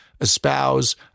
espouse